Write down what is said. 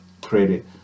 credit